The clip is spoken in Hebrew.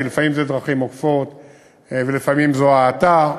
כי לפעמים אלה דרכים עוקפות ולפעמים זו האטה,